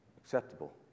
acceptable